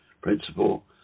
principle